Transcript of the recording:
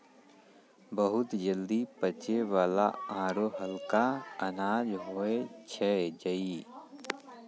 बहुत जल्दी पचै वाला आरो हल्का अनाज होय छै जई